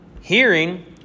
hearing